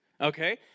Okay